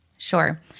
Sure